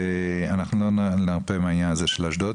ואנחנו נרפה מהעניין של אשדוד,